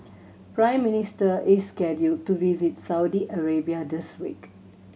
Prime Minister is scheduled to visit Saudi Arabia this week